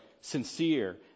sincere